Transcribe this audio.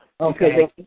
Okay